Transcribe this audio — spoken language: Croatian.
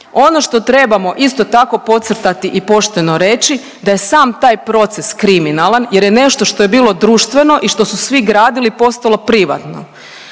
Ono što trebamo isto tako podcrtati i pošteno reći da je sam taj proces kriminalan jer je nešto što je bilo društveno i što su svi gradili, postalo privatno.